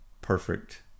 perfect